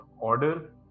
order